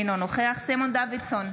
אינו נוכח סימון דוידסון,